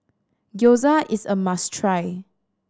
gyoza is a must try